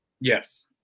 Yes